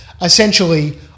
Essentially